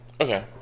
Okay